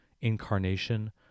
incarnation